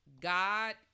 God